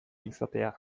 izatea